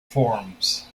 forms